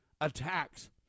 attacks